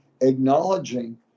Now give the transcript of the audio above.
acknowledging